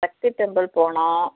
சக்தி temple போகணும்